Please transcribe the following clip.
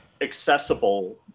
accessible